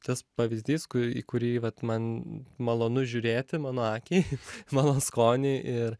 tas pavyzdys ku į kurį vat man malonu žiūrėti mano akiai mano skoniui ir